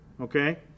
okay